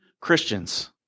Christians